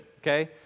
Okay